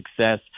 success